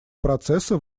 процессы